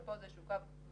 אבל פה זה קו מהיר